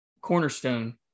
cornerstone